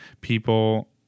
people